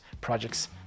projects